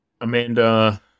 Amanda